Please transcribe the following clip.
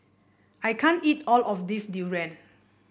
I can't eat all of this durian